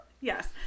Yes